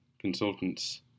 consultants